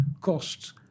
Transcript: costs